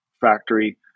factory